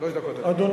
שלוש דקות, אדוני.